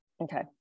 Okay